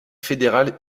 fédérale